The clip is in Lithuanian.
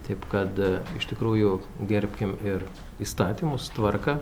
taip kad iš tikrųjų gerbkim ir įstatymus tvarką